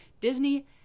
disney